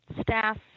staff